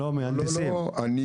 אוקיי,